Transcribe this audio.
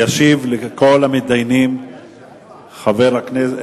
ישיב לכל המתדיינים השר